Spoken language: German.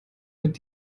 mit